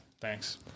Thanks